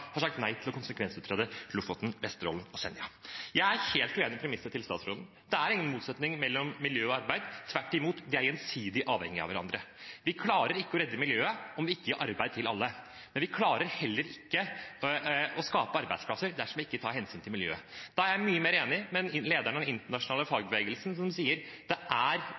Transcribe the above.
nei til å konsekvensutrede Lofoten, Vesterålen og Senja. Jeg er helt uenig i statsrådens premiss. Det er ingen motsetning mellom miljø og arbeid. Tvert imot er de gjensidig avhengige av hverandre. Vi klarer ikke å redde miljøet om vi ikke gir arbeid til alle. Men vi klarer heller ikke å skape arbeidsplasser dersom vi ikke tar hensyn til miljøet. Da er jeg mye mer enig med lederen av den internasjonale fagbevegelsen, som har sagt at det er